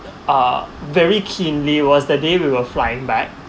uh very keenly was the day we were flying back